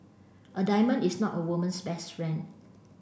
a diamond is not a woman's best friend